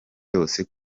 yose